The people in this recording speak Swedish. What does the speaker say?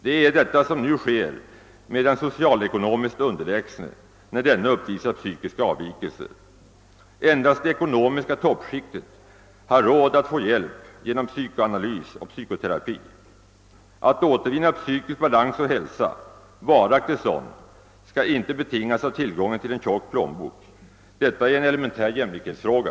Det är vad som nu sker med den ekonomiskt underlägsne, när han uppvisar psykiska avvikelser. Endast det ekonomiska toppskiktet har råd att få hjälp genom psykoanalys och psykoterapi. Att återvinna varaktig psykisk hälsa och balans skall inte vara betingat av tillgången på en tjock plånbok, utan stå öppet för alla. Det är ett elementärt jämlikhetskrav.